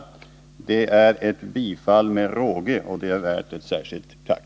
Det är ett bifall med råge, och det är värt ett särskilt tack.